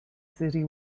city